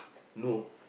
no